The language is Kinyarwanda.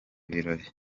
birori